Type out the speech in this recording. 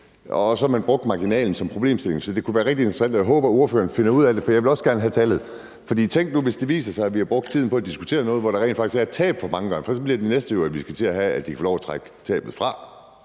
man så har brugt det med marginalen som problemstilling. Så det kunne være rigtig interessant at høre, og jeg håber, at ordføreren finder ud af det, for jeg vil også gerne have tallet. For tænk nu, hvis det viser sig, at vi har brugt tiden på at diskutere noget, hvor der rent faktisk er et tab for mange, for så bliver det næste jo, at de kan få lov at trække tabet fra.